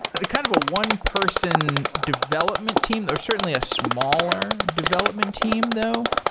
ah kind of a one person development team or certainly a smaller development team though.